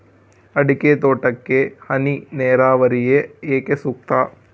ಅಡಿಕೆ ತೋಟಕ್ಕೆ ಹನಿ ನೇರಾವರಿಯೇ ಏಕೆ ಸೂಕ್ತ?